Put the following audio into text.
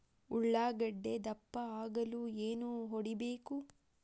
ಉಳ್ಳಾಗಡ್ಡೆ ದಪ್ಪ ಆಗಲು ಏನು ಹೊಡಿಬೇಕು?